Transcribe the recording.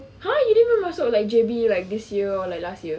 !huh! you didn't even masuk J_B like this year or like last year